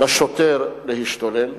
לשוטר להשתולל?